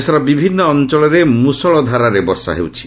ଦେଶର ବିଭିନ୍ନ ଅଞ୍ଚଳରେ ମୁଷଳ ଧାରାରେ ବର୍ଷା ହେଉଛି